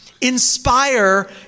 Inspire